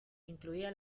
incluía